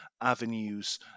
avenues